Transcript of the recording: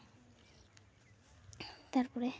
ᱛᱟᱨᱯᱚᱨᱮ